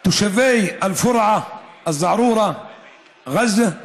תושבי אל-פורעה, א-זערורה, אל-ע'זה,